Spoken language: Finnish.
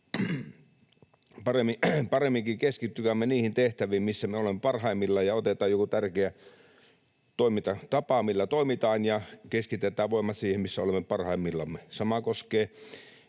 Paremminkin keskittykäämme niihin tehtäviin, missä me olemme parhaimmillamme, otetaan joku tärkeä toimintatapa, millä toimitaan, ja keskitetään voimat siihen, missä olemme parhaimmillamme. Sama koskee